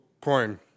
coin